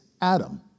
Adam